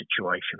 situation